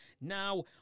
Now